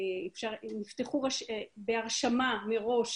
בהרשמה מראש